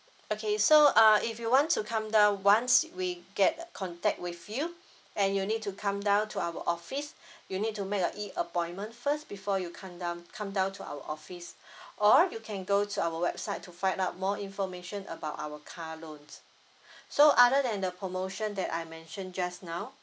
okay so uh if you want to come down once we get contact with you and you need to come down to our office you need to make a E appointment first before you come down come down to our office or you can go to our website to find out more information about our car loan so other than the promotion that I mention just now